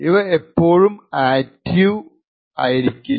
അവ ഇപ്പോഴും ആക്റ്റീവ് ആയിരിക്കില്ല